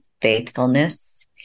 faithfulness